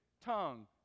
tongue